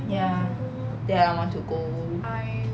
ya there I want to go to